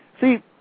See